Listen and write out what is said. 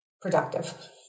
Productive